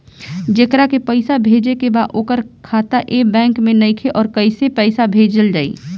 जेकरा के पैसा भेजे के बा ओकर खाता ए बैंक मे नईखे और कैसे पैसा भेजल जायी?